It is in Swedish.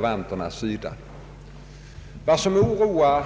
Vad som i dag oroar